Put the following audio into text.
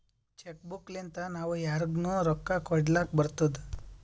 check book ಲಿಂತಾ ನಾವೂ ಯಾರಿಗ್ನು ರೊಕ್ಕಾ ಕೊಡ್ಲಾಕ್ ಬರ್ತುದ್